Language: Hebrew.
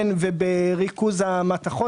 נכון, אין להם את המיסוי.